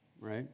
Right